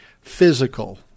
physical